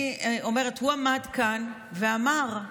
הוא עמד כאן ואמר: